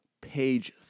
page